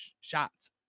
shots